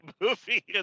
movie